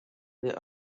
there